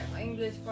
English